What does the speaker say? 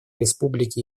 республики